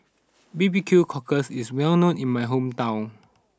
B B Q Cockle is well known in my hometown